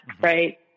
right